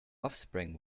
offspring